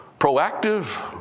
proactive